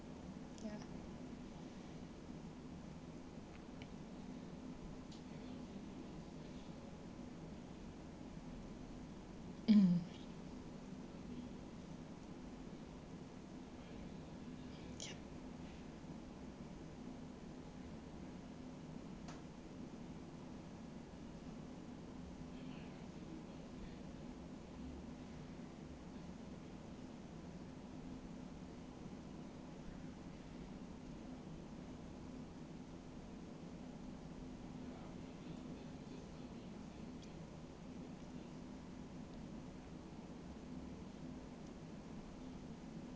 ya mm yup